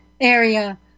area